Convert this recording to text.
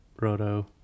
roto